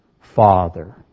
father